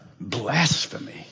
Blasphemy